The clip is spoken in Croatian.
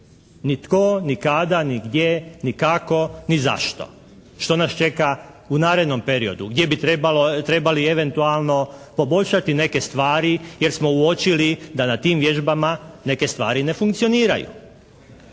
Ni tko, ni kada, ni gdje, ni kako, ni zašto. Što nas čeka u narednom periodu gdje bi trebali eventualno poboljšati neke stvari jer smo uočili da na tim vježbama neke stvari ne funkcioniraju.